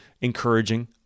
encouraging